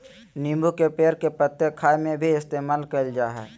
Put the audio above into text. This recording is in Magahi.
नींबू के पेड़ के पत्ते खाय में भी इस्तेमाल कईल जा हइ